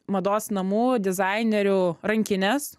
mados namų dizainerių rankinės